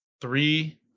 three